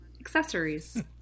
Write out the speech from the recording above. accessories